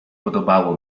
podobało